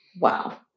wow